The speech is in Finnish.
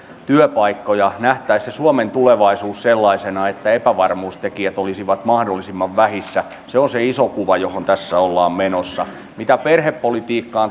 työpaikkoja nähtäisiin se suomen tulevaisuus sellaisena että epävarmuustekijät olisivat mahdollisimman vähissä se on se iso kuva johon tässä ollaan menossa mitä perhepolitiikkaan